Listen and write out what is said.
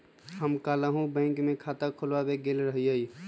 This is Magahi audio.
हम काल्हु बैंक में खता खोलबाबे गेल रहियइ